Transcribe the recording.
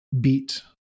beat